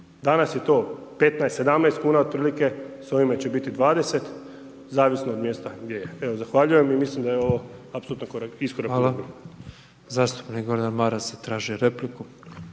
Danas je to 15, 17 kn otprilike, s ovime će biti 20, zavisno o mjesta gdje je, evo zahvaljujem i mislim da je ovo apsolutno iskorak u bolje. **Petrov, Božo (MOST)** Hvala.